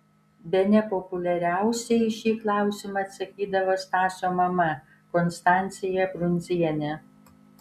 bene populiariausiai į šį klausimą atsakydavo stasio mama konstancija brundzienė